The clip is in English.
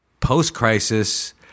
Post-crisis